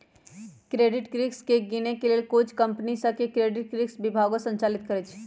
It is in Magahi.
क्रेडिट रिस्क के गिनए के लेल कुछ कंपनि सऽ क्रेडिट रिस्क विभागो संचालित करइ छै